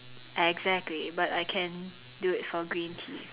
exactly but I can do it for green tea